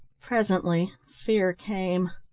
presently fear came.